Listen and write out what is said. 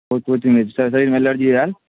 बहुत नीक रहै छै शरीरमे एनर्जी आयल